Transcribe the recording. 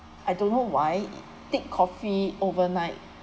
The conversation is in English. I don't know why it dip coffee overnight